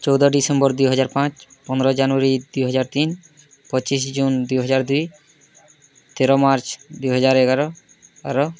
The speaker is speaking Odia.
ଚଉଦ ଡିସେମ୍ୱର ଦୁଇ ହଜାର ପାଞ୍ଚ ପନ୍ଦର ଜାନୁୟାରୀ ଦୁଇ ହଜାର ତିନ ପଚିଶି ଜୁନ୍ ଦୁଇ ହଜାର ଦୁଇ ତେର ମାର୍ଚ୍ଚ ଦୁଇ ହଜାର ଏଗାର ଆର